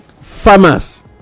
farmers